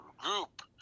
group